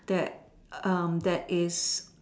that um that is